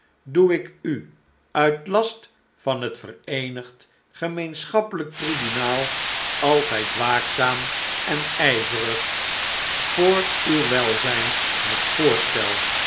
doe ik u uit last van het vereenigdgemeenschappelijktribunaal altijdwaakzaam en ijverig voor uw welzijn het voorstel